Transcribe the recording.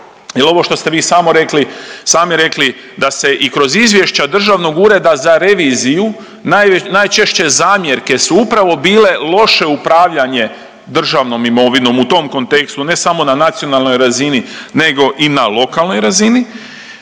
vi samo rekli, sami rekli da se i kroz izvješća Državnog ureda za reviziju najčešće zamjerke su upravo bile loše upravljanje državnom imovinom u tom kontekstu ne samo na nacionalnoj razini nego i na lokalnoj razini.